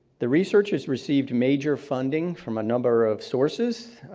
the research has received major funding from a number of sources,